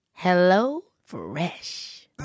HelloFresh